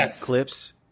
clips